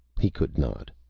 he could not.